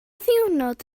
ddiwrnod